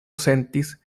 sentis